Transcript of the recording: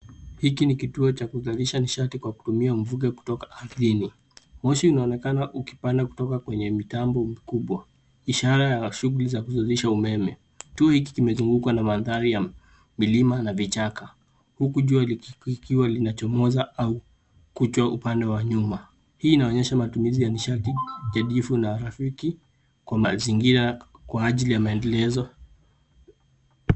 Hiki ni kituo cha kuzalisha nishati kwa kutumia mvuge kutoka ardhini. Moshi inaonekana ukipanda kutoka kwenye mitambo mkubwa ishara ya shughuli za kuzalisha umeme. Kituo hiki kimezungukwa na mandhari ya milima na vichaka huku jua likiwa linachomoza au kutua upande wa nyuma. Hii inaonyesha matumizi ya nishati jadilifu na rafiki kwa mazingira kwa ajili ya maendelezo.